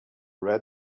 red